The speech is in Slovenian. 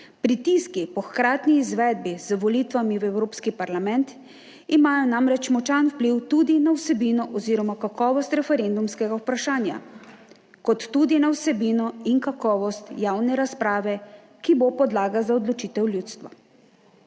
Pritiski po hkratni izvedbi z volitvami v evropski parlament imajo namreč močan vpliv tudi na vsebino oziroma kakovost referendumskega vprašanja, kot tudi na vsebino in kakovost javne razprave, ki bo podlaga za odločitev ljudstva.